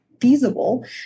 feasible